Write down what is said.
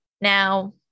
Now